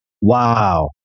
Wow